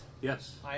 Yes